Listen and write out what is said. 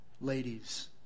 Ladies